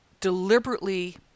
deliberately